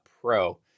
pro